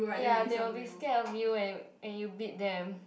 ya they will be scared of you when when you beat them